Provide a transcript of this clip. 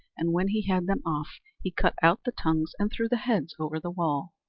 and when he had them off he cut out the tongues and threw the heads over the wall.